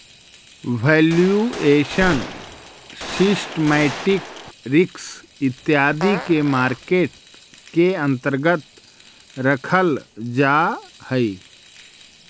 valuation, systematic risk इत्यादि के market के अंतर्गत रखल जा हई